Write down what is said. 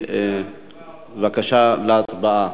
בבקשה להצביע.